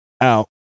out